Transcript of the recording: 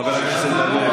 חבר הכנסת בר לב, זהו.